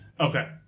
Okay